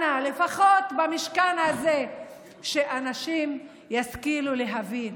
לפחות במשכן הזה שאנשים ישכילו להבין